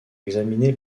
examiné